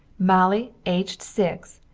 molly aged six,